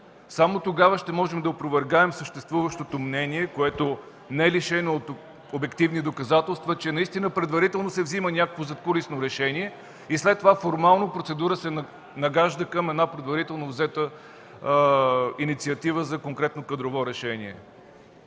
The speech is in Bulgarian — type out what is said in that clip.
Само тогава ще можем да опровергаем съществуващото мнение, което не е лишено от обективни доказателства, че наистина предварително се взема някакво задкулисно решение и след това формално процедурата се нагажда към една предварително взета инициатива за конкретно кадрово решение.